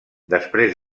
després